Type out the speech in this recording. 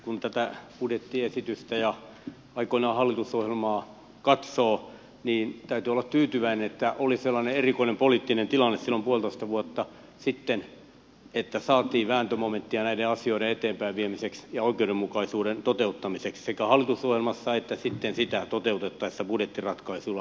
kun tätä budjettiesitystä ja hallitusohjelmaa katsoo täytyy olla tyytyväinen että oli sellainen erikoinen poliittinen tilanne silloin puolitoista vuotta sitten että saatiin vääntömomenttia näiden asioiden eteenpäinviemiseksi ja oikeudenmukaisuuden toteuttamiseksi sekä hallitusohjelmassa että sitten sitä toteutettaessa budjettiratkaisuilla